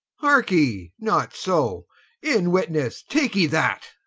hearke ye not so in witnesse take ye that.